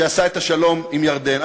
שעשה את השלום עם ירדן.